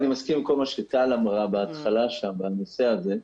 אני מסכים עם כל מה שטל אמרה בהתחלה בנושא הזה,